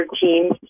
team